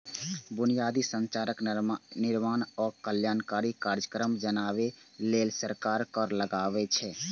बुनियादी संरचनाक निर्माण आ कल्याणकारी कार्यक्रम चलाबै लेल सरकार कर लगाबै छै